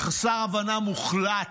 חוסר הבנה מוחלט.